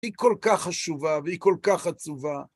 היא כל כך חשובה והיא כל כך עצובה.